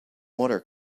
water